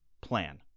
plan